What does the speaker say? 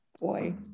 Boy